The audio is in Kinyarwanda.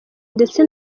ndetse